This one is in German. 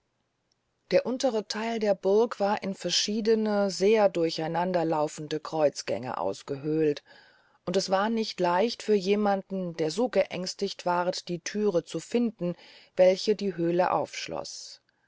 der untere theil der burg war in verschiedene sehr durcheinander laufende kreuzgänge ausgehölt und es war nicht leicht für jemanden der so geängstigt ward die thüre zu finden welche die höle aufschloß